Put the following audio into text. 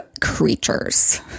creatures